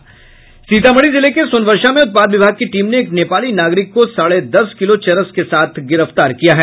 सीतामढ़ी जिले के सोनवर्षा में उत्पाद विभाग की टीम ने एक नेपाली नागरिक को साढ़े दस किलो चरस के साथ गिरफ्तार किया है